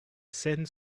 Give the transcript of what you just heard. scène